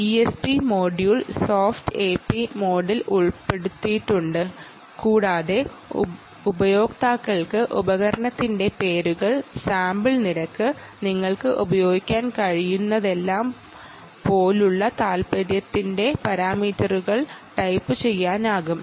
ESP module soft AP മോഡിൽ ഉൾപ്പെടുത്തിയിട്ടുണ്ട് കൂടാതെ ഉപയോക്താക്കൾക്ക് ഉപകരണത്തിന്റെ പേരുകൾ സാമ്പിൾ നിരക്ക് കൂടാതെ നിങ്ങൾക്ക് എല്ലാ പാരാമീറ്ററുകളും ടൈപ്പുചെയ്യാനുമാകും